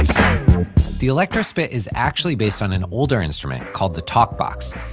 the electrospit is actually based on an older instrument, called the talkbox,